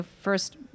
first